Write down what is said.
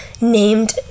named